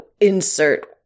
insert